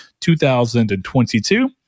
2022